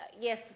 yes